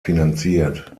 finanziert